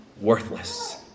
worthless